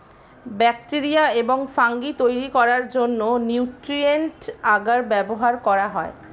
bacteria এবং fungi তৈরি করার জন্য নিউট্রিয়েন্ট আগার ব্যবহার করা হয়